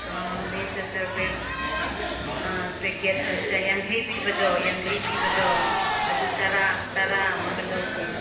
ꯑꯥ ꯑꯥ packet ꯌꯥꯡꯈꯩ ꯄꯤꯕꯗꯣ ꯌꯥꯡꯈꯩ ꯄꯤꯕꯗꯣ ꯑꯗꯨ ꯇꯔꯥ ꯑꯃꯒ ꯂꯧꯒꯦ